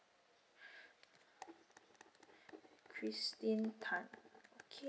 christine tan okay